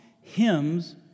hymns